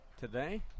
today